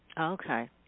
Okay